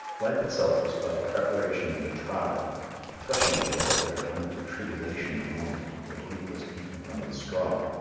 life itself was but a preparation and a trial a threshing floor where, under the tribulation of want, the wheat was beaten from the straw.